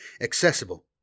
accessible